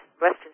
Western